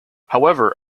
however